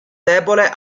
debole